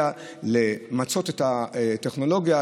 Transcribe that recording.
צריך למצות את הטכנולוגיה,